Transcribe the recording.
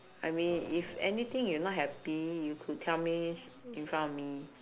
I mean if anything you not happy you could tell me s~ in front of me